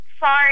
Sorry